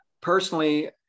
personally